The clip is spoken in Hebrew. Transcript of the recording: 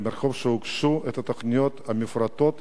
למרות שהוגשו התוכניות המפורטות,